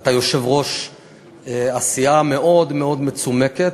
ואתה יושב-ראש הסיעה המאוד-מאוד מצומקת.